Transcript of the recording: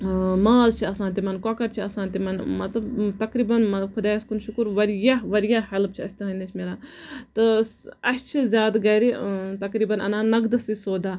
ماز چھُ آسان تِمَن کۄکَر چھُ آسان تِمَن مطلب تَقریٖبَن خۄدایَس کُن شُکُر واریاہ واریاہ ہٮ۪لٔپ چھُ اَسہِ تُہُند نِش مِلان تہٕ اَسہِ چھِ زیادٕ گرِ تَقریٖبَن اَنان نَقدٕسٕے سودا